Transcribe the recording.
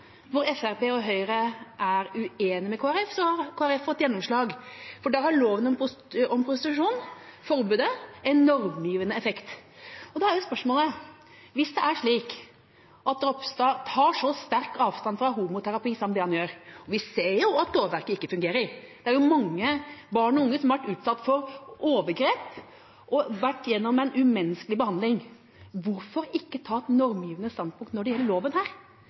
hvor Fremskrittspartiet og Høyre er uenige med Kristelig Folkeparti, har Kristelig Folkeparti fått gjennomslag, for da har loven om prostitusjon, forbudet, en normgivende effekt. Da er spørsmålet: Hvis det er slik at statsråden Ropstad tar så sterkt avstand fra homoterapi som det han gjør – vi ser jo at lovverket ikke fungerer, det er jo mange barn og unge som har vært utsatt for overgrep og vært gjennom en umenneskelig behandling – hvorfor ikke ta et normgivende standpunkt når det gjelder loven her?